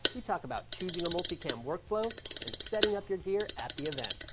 we talk about choosing a multi-cam workflow and setting up your gear at the event.